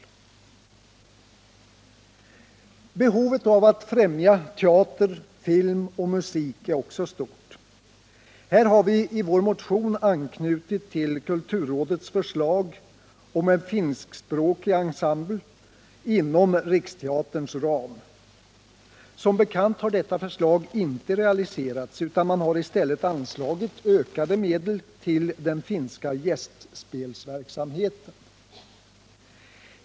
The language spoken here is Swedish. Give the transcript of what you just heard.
Även behovet av att främja teater, film och musik är stort. Här har vi i vår motion anknutit till kulturrådets förslag om en finskspråkig ensemble inom riksteaterns ram. Som bekant har detta förslag inte realiserats, utan man har i stället anslagit ökade medel till den finska gästspelsverksamheten.